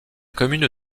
commune